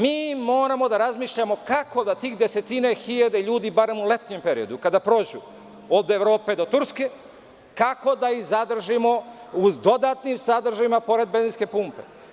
Mi moramo da razmišljamo kako da tih desetine hiljada ljudi, barem u letnjem periodu, kada prođu od Evrope do Turske, kako da ih zadržimo u dodatnim sadržajima pored benzinske pumpe.